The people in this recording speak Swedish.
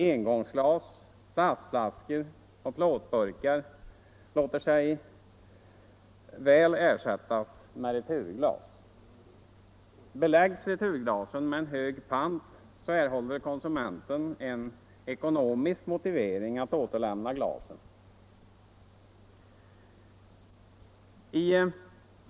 Engångsglas, plastflaskor och plåtburkar låter sig väl ersättas av returglas. Beläggs returglasen med en hög pant erhåller konsumenten en ekonomisk motivering att återlämna glasen i fråga.